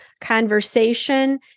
conversation